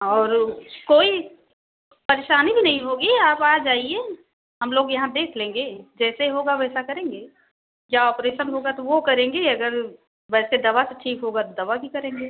और कोई परेशानी भी नहीं होगी आप आ जाइए हम लोग यहाँ देख लेंगे जैसे होगा वैसा करेंगे या ऑपरेसन होगा तो वो करेंगे अगर वैसे दवा से ठीक होगा तो दवा भी करेंगे